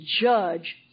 judge